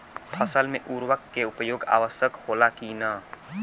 फसल में उर्वरक के उपयोग आवश्यक होला कि न?